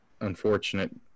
unfortunate